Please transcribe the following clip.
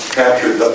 captured